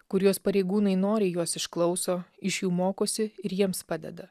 kurijos pareigūnai noriai juos išklauso iš jų mokosi ir jiems padeda